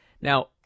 Now